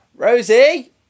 Rosie